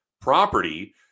property